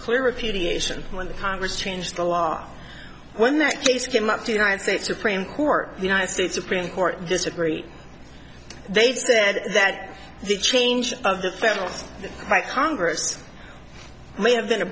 ation when the congress changed the law when that case came up two united states supreme court the united states supreme court disagree they've said that the change of the federal by congress may have been a